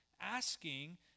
asking